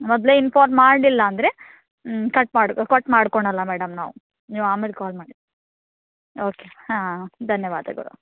ಮೊದಲೇ ಇನ್ಫಾರ್ಮ್ ಮಾಡಲಿಲ್ಲ ಅಂದರೆ ಕಟ್ ಮಾಡು ಕೊಟ್ ಮಾಡ್ಕೊಳಲ್ಲ ಮೇಡಮ್ ನಾವು ನೀವು ಆಮೇಲೆ ಕಾಲ್ ಮಾಡಿ ಓಕೆ ಹಾಂ ಧನ್ಯವಾದಗಳು